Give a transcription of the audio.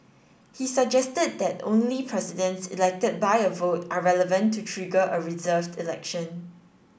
he suggested that only Presidents elected by a vote are relevant to trigger a reserved election